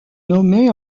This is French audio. nommée